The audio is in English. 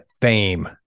fame